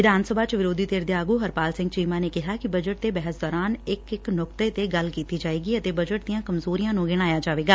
ਵਿਧਾਨ ਸਭਾ ਚ ਵਿਰੋਧੀ ਧਿਰ ਦੇ ਆਗੂ ਹਰਪਾਲ ਸਿੰਘ ਚੀਮਾ ਨੇ ਕਿਹਾ ਕਿ ਬਜਟ ਤੇ ਬਹਿਸ ਦੌਰਾਨ ਇਕ ਇਕ ਨੁਕਤੇ ਤੇ ਗੱਲ ਕੀਤੀ ਜਾਏਗੀ ਅਤੇ ਬਜਟ ਦੀਆਂ ਕਮਜੋਰੀਆਂ ਨੂੰ ਗਿਣਾਇਆ ਜਾਏਗਾ